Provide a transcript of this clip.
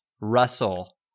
Russell